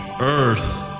earth